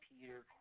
Peter